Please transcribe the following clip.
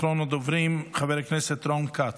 אחרון הדוברים, חבר הכנסת רוץ כץ.